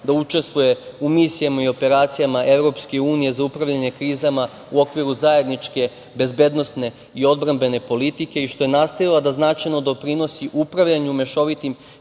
da učestvuje u misijama i operacijama Evropske unije za upravljanje krizama u okviru zajedničke bezbednosne i odbrambene politike i što je nastavila da značajno doprinosi upravljanju mešovitim